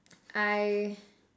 I